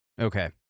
Okay